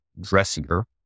dressier